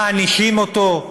מענישים אותו.